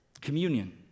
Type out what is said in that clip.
Communion